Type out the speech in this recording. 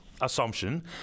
assumption